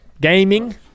Gaming